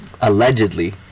allegedly